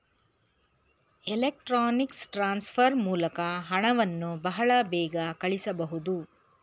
electronics transfer ಮೂಲಕ ಹಣವನ್ನು ಬಹಳ ಬೇಗ ಕಳಿಸಬಹುದು